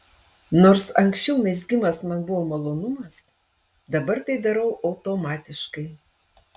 nors anksčiau mezgimas man buvo malonumas dabar tai darau automatiškai